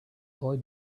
boy